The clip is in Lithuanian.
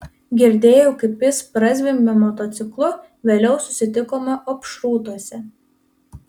girdėjau kaip jis prazvimbė motociklu vėliau susitikome opšrūtuose